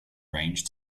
range